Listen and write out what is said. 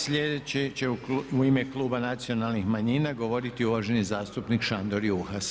Slijedeći će u ime kluba Nacionalnih manjina govoriti uvaženi zastupnik Šandor Juhas.